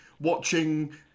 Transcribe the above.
watching